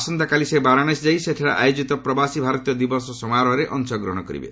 ଆସନ୍ତାକାଲି ସେ ବାରାଣାସୀ ଗସ୍ତ କରି ସେଠାରେ ଆୟୋଜିତ ପ୍ରବାସୀ ଭାରତୀୟ ଦିବସ ସମାରୋହରେ ଅଂଶଗ୍ରହଣ କରିବେ